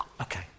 Okay